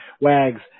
Wags